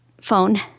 phone